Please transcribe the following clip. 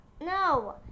no